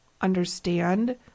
understand